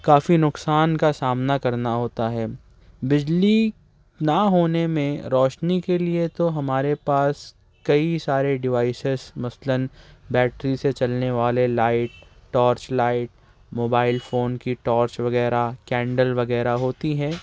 کافی نقصان کا سامنا کرنا ہوتا ہے بجلی نہ ہونے میں روشنی کے لیے تو ہمارے پاس کئی سارے ڈیوائسیس مثلاً بیٹری سے چلنے والے light torch light mobile phone کی ٹارچ وغیرہ کینڈل وغیرہ ہوتی ہیں